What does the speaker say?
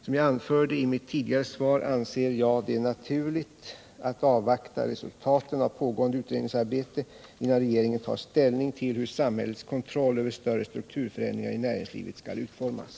Som jag anförde i mitt tidigare svar anser jag det naturligt att avvakta resultaten av pågående utredningsarbete innan regeringen tar ställning till hur samhällets kontroll över större strukturförändringar i näringslivet skall utformas.